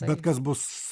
bet kas bus